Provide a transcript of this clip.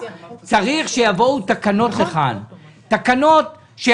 צריך שיבואו לכאן תקנות.